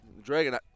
Dragon